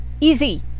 Easy